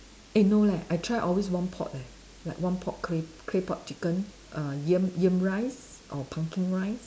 eh no leh I try always one pot eh like one pot clay clay pot chicken err yam yam rice or pumpkin rice